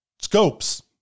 scopes